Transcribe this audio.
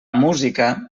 música